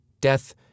Death